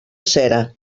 cera